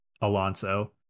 Alonso